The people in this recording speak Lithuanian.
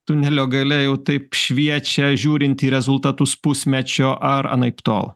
tunelio gale jau taip šviečia žiūrint į rezultatus pusmečio ar anaiptol